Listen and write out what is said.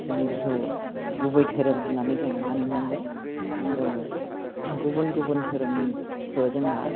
जों बेखौ गुबै दोहोरोम होननानै जों मानिनांगोन आरो गुबुन गुबुन दोहोरोमखौ जोंहा